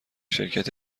شرکت